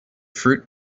fruit